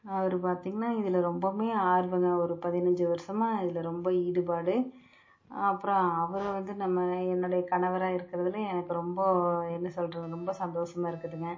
அவர் பார்த்தீங்கன்னா இதில் ரொம்பவுமே ஆர்வங்க ஒரு பதினஞ்சு வருஷமா இதில் ரொம்ப ஈடுபாடு அப்புறம் அவர் வந்து நம்ம என்னுடைய கணவராக இருக்குறதில் எனக்கு ரொம்ப என்ன சொல்கிறது ரொம்ப சந்தோஷமாக இருக்குதுங்க